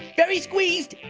very squeezed,